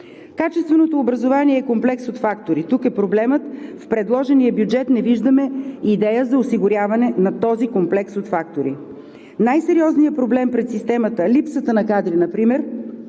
Качественото образование е комплекс от фактори – тук е проблемът – в предложения бюджет не виждаме идея за осигуряване на този комплекс от фактори. Най-сериозният проблем пред системата – липсата на кадри например,